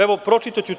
Evo, pročitaću.